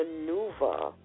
maneuver